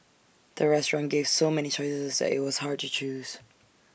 the restaurant gave so many choices that IT was hard to choose